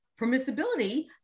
permissibility